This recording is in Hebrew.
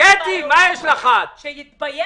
יש במסורת היהודית שלושה שבועות,